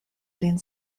lin